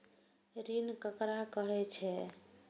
ऋण ककरा कहे छै?